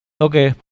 okay